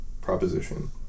proposition